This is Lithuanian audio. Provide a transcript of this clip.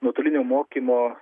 nuotolinio mokymo